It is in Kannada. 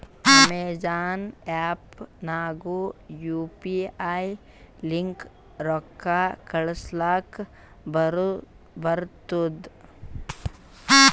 ಅಮೆಜಾನ್ ಆ್ಯಪ್ ನಾಗ್ನು ಯು ಪಿ ಐ ಲಿಂತ ರೊಕ್ಕಾ ಕಳೂಸಲಕ್ ಬರ್ತುದ್